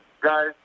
guys